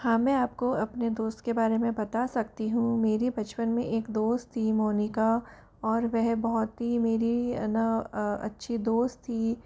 हाँ मैं आपको अपने दोस्त के बारे में बता सकती हूँ मेरे बचपन में एक दोस्त थी मोनिका और वह बहुत ही मेरी है न अच्छी दोस्त थी